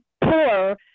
poor